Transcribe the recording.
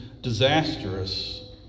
disastrous